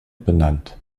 benannt